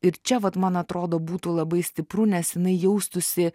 ir čia vat man atrodo būtų labai stipru nes jinai jaustųsi